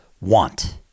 want